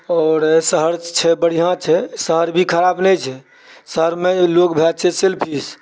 आओर शहर छै बढिआँ छै शहर भी खराप नहि छै शहरमे लोक भए जाइ छै सेल्फिश